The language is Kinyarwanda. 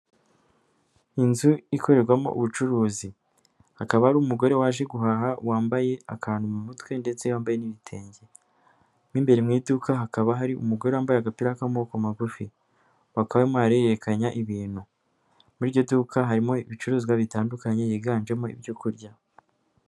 Inzu ikorerwamo ubucuruzi hakaba hari umugore waje guhaha wambaye akantu mu mutwe ndetse yambaye n'ibitenge, mo imbere mu iduka hakaba hari umugore wambaye agapira k'amaboko magufi bakaba barimo barahererekanya ibintu. Muri iryo duka harimo ibicuruzwa bitandukanye yhiganjemo ibyo kurya.